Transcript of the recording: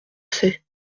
sait